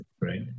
right